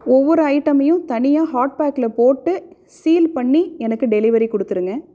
ஒவ்வொரு அயிட்டமையும் தனியாக ஹாட்பேக்கில் போட்டு சீல் பண்ணி எனக்கு டெலிவரி கொடுத்துருங்க